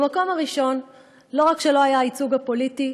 במקום הראשון לא רק שלא היה הייצוג הפוליטי,